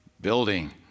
building